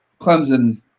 Clemson